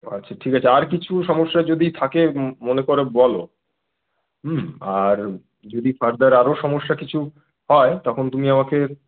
আচ্ছা ঠিক আছে আর কিছু সমস্যা যদি থাকে মনে করে বলো আর যদি ফারদার আরও সমস্যা কিছু হয় তখন তুমি আমাকে